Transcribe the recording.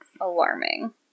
alarming